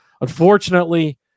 unfortunately